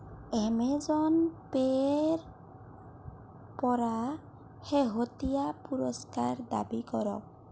Amazon পে'ৰ পৰা শেহতীয়া পুৰস্কাৰ দাবী কৰক